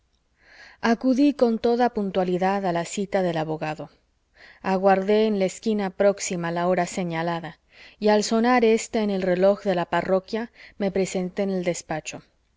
acudí con toda puntualidad a la cita del abogado aguardé en la esquina próxima la hora señalada y al sonar ésta en el reloj de la parroquia me presenté en el despacho